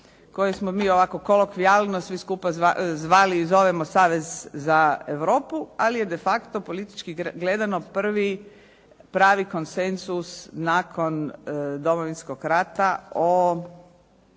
koji smo mi ovako kolokvijalno svi skupa zvali i zovemo Savez za Europu ali je de facto politički gledano prvi pravi konsenzus nakon Domovinskog rata o